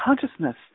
consciousness